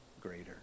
greater